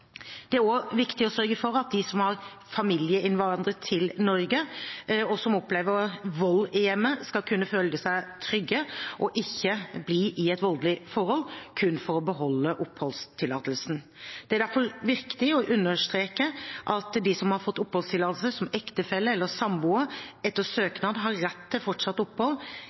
Det er også viktig å sørge for at de som har familieinnvandret til Norge, og som opplever vold i hjemmet, skal kunne føle seg trygge og ikke bli i et voldelig forhold kun for å beholde oppholdstillatelsen. Det er derfor viktig å understreke at de som har fått oppholdstillatelse som ektefelle eller samboer, etter søknad har rett til fortsatt opphold